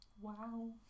Wow